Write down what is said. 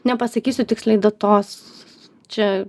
nepasakysiu tiksliai datos čia